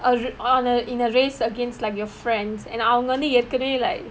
err on a in a race against like your friends and அவங்க வந்து ஏற்கனவே:avanga vanthu erkkanavae like